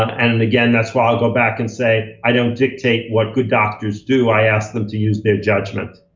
um and and again, that's why i'll go back and say, i don't dictate what good doctors do. i ask them to use their judgment.